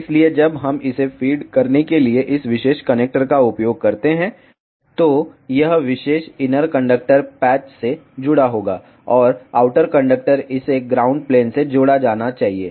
इसलिए जब हम इसे फीड के लिए इस विशेष कनेक्टर का उपयोग करते हैं तो यह विशेष इनर कंडक्टर पैच से जुड़ा होगा और आउटर कंडक्टर इसे ग्राउंड प्लेन से जोड़ा जाना चाहिए